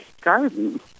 garden